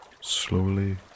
slowly